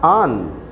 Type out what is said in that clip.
on